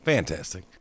Fantastic